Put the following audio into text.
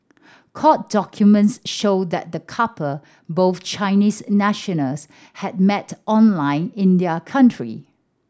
court documents show that the couple both Chinese nationals had met online in their country